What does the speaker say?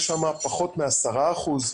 יש שם פחות מ-10 אחוזים